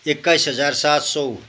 एक्काइस हजार सात सौ